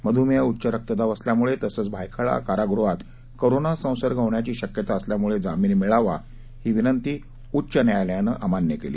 मधुमेह उच्च रक्तदाब असल्यामुळे तसंच भायखळा कारागृहात कोरोना संसर्ग होण्याची शक्यता असल्यामुळे जामीन मिळावा ही विनंती उच्च न्यायालयानं अमान्य केली